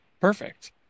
perfect